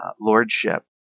lordship